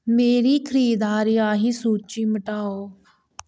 मेरी खरीदारी आह्ली सूची मटाओ